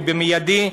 ובמיידי,